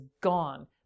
gone